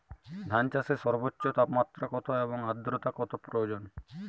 ধান চাষে সর্বোচ্চ তাপমাত্রা কত এবং আর্দ্রতা কত প্রয়োজন?